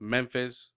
Memphis